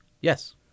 Yes